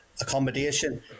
accommodation